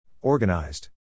Organized